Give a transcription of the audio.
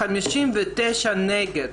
ו-59 נגד.